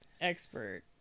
expert